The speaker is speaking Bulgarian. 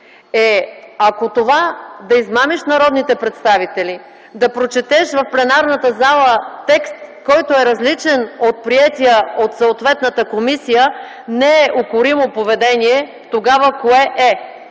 Е, ако това да измамиш народните представители, да прочетеш в пленарната зала текст, който е различен от приетия от съответната комисия не е укоримо поведение, тогава кое е?